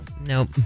Nope